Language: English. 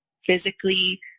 physically